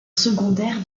secondaire